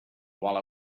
while